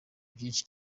byinshi